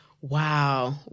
Wow